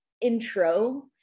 intro